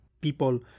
people